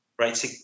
right